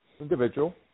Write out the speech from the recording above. Individual